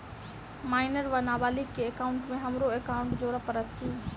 Minor वा नबालिग केँ एकाउंटमे हमरो एकाउन्ट जोड़य पड़त की?